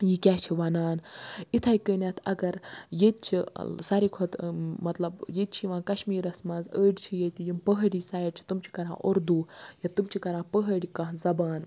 یہِ کیاہ چھِ وَنان اِتھے کٔنیٚتھ اگر ییٚتہِ چھِ ساروی کھۄتہٕ مَطلَب ییٚتہِ چھُ یِوان کَشمیٖرَس مَنٛز أڈۍ چھِ ییٚتہِ یِم پہٲڑی سایڈ چھِ تم چھِ کَران اردوٗ یا تِم چھِ کَران پہٲڑۍ کانٛہہ زَبان